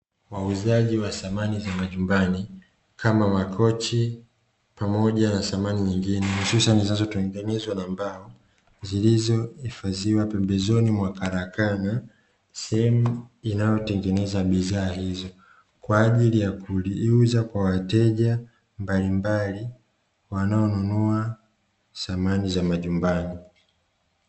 Wauzaji wa samani za majumbani, kama makochi pamoja na samani nyingine, hususani zinazotengenezwa na mbao, zilizohifadhiwa pembezoni mwa karakana, sehemu inayotengeneza bidhaa hizo kwa ajili ya kuziuza kwa wateja mbalimbali wanaonunua samani za majumbani.